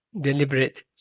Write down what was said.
deliberate